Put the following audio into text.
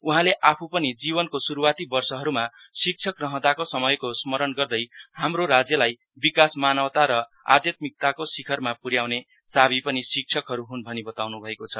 उहाँले आफू पनि जीवनको शुरूवाती वर्षहरमा शिक्षक रहँदा समयको स्मरण ग्रदै हाम्रो राज्यलाई विकास मानवता र आध्यात्मिकताको शिखरमा पुयाउने चाबी पनि शिक्षकहरू हुन् भनी बताउनु भएको छ